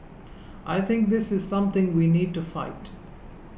I think this is something we need to fight